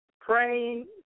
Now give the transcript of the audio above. praying